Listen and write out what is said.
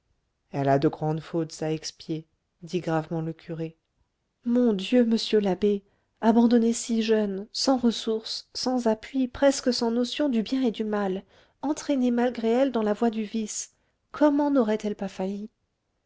elle a de grandes fautes à expier dit gravement le curé mon dieu monsieur l'abbé abandonnée si jeune sans ressources sans appui presque sans notions du bien et du mal entraînée malgré elle dans la voie du vice comment n'aurait-elle pas failli